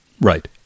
Right